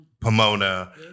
Pomona